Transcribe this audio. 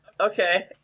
Okay